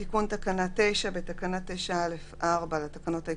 תיקון תקנה 9: בתקנה 9(א4) לתקנות העיקריות,